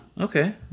okay